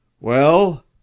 Well